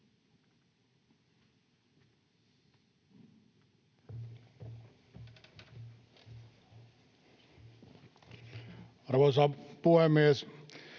Arvoisa puhemies!